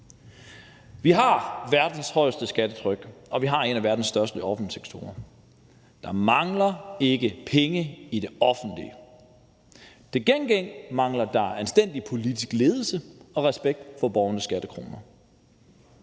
Vi har verdens højeste skattetryk, og vi har en af verdens største offentlige sektorer. Der mangler ikke penge i det offentlige. Til gengæld mangler der anstændig politisk ledelse og respekt for borgernes skattekroner.